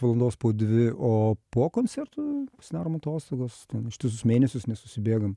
valandos po dvi o po koncertų darom atostogas ištisus mėnesius nesusibėgam